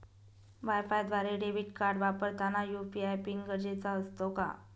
वायफायद्वारे debit card वापरताना UPI PIN गरजेचा असतो का?